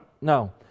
No